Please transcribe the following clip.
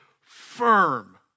firm